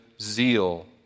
zeal